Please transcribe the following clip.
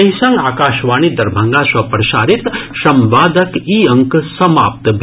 एहि संग आकाशवाणी दरभंगा सँ प्रसारित संवादक ई अंक समाप्त भेल